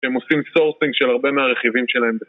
שהם עושים סורסינג של הרבה מהרכיבים שלהם